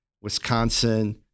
wisconsin